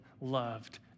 loved